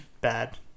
bad